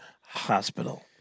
hospital